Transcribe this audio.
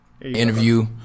Interview